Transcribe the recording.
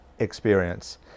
experience